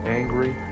angry